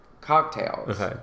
cocktails